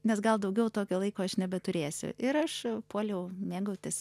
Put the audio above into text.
nes gal daugiau tokio laiko aš nebeturėsiu ir aš a puoliau mėgautis